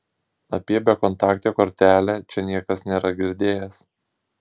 apie bekontaktę kortelę čia niekas nėra girdėjęs